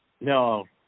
No